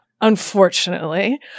unfortunately